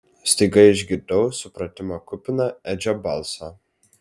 staiga išgirdau supratimo kupiną edžio balsą